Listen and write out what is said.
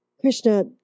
Krishna